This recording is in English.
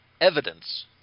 evidence